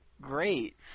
great